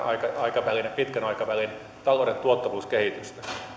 aikavälin ja pitkän aikavälin talouden tuottavuuskehitystä